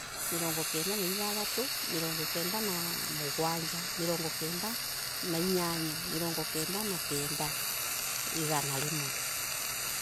Mirongokenda naithathatu. mirongo kenda na mugwanja. mirongo kenda na inyanya. mirongo kenda na kenda. igana rimwe.